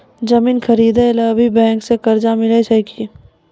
जमीन खरीदे ला भी बैंक से कर्जा मिले छै यो?